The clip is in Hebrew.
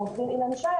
עורך דין אילן שי,